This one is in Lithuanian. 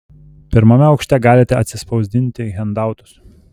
pirmame aukšte galite atsispausdinti hendautus